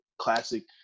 classic